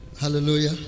Hallelujah